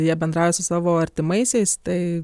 jie bendrauja su savo artimaisiais tai